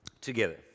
together